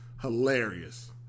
Hilarious